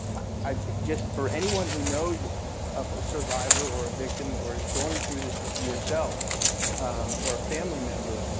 i just, for anyone who knows of a survivor or a victim, or is going through this yourself or a family member,